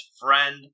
friend